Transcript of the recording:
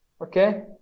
Okay